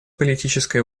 политической